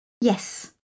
Yes